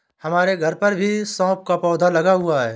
हमारे घर पर भी सौंफ का पौधा लगा हुआ है